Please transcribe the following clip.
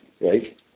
Right